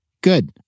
good